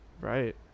right